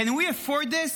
Can we afford this?